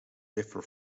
differ